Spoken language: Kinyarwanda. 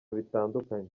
bitandukanye